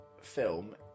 film